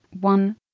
one